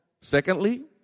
Secondly